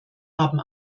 haben